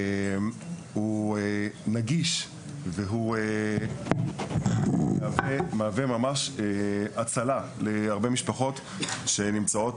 הוא נגיש והוא מהווה ממש הצלה להרבה משפחות שנמצאות